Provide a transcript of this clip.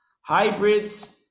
hybrids